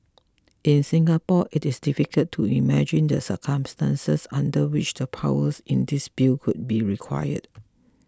in Singapore it is difficult to imagine the circumstances under which the powers in this Bill could be required